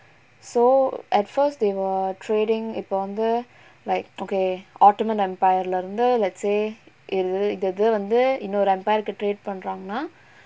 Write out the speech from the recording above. so at first they were trading இப்ப வந்து:ippa vanthu like okay ottoman empire lah இருந்து:irunthu let's say இது இது வந்து இன்னொரு:ithu ithu vanthu innoru empire trade பன்றாங்கனா:panraanganaa